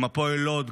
עם הפועל לוד,